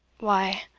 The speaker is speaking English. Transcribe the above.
why,